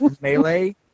Melee